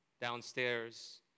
downstairs